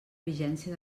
vigència